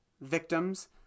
victims